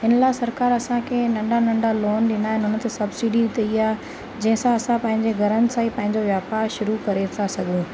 हिन लाइ सरकार असांखे नंढा नंढा लोन ॾींदा आहिनि उन ते सब्सीडी तई आहे जंहिंसां असां पंहिंजे घरनि सां ई पंहिंजो वापारु शुरू करे था सघूं